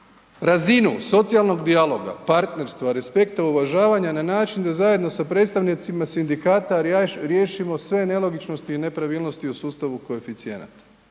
razinu socijalnog dijaloga, partnerstva, respekta, uvažavanja na način da zajedno sa predstavnicima sindikata riješimo sve nelogičnosti i nepravilnosti u sustavu koeficijenata,